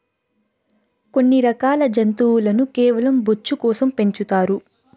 కొన్ని రకాల జంతువులను కేవలం బొచ్చు కోసం పెంచుతారు